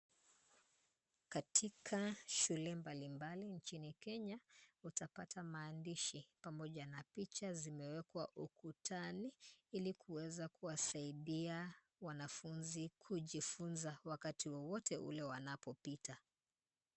Katika shule mbalimbali nchini Kenya, utapata maandishi pamoja na picha zimewekwa ukutani, ili kuweza kuwasaidia wanafunzi kujifunza, wakati wowote ule wanapopita.